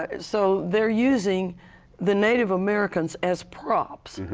ah so they are using the native americans as props,